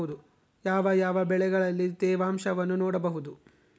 ಯಾವ ಯಾವ ಬೆಳೆಗಳಲ್ಲಿ ತೇವಾಂಶವನ್ನು ನೋಡಬಹುದು?